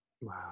Wow